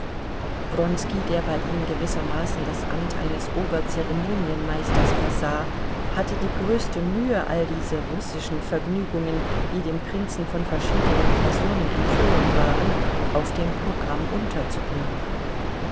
der bei ihm gewissermaßen das amt eines oberzeremonienmeisters versah hatte die größte mühe all die russischen vergnügungen die dem prinzen von verschiedenen personen empfohlen waren auf dem programm unterzubringen